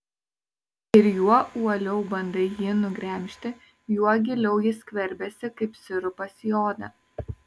ir juo uoliau bandai jį nugremžti juo giliau jis skverbiasi kaip sirupas į odą